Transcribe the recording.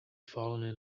fallen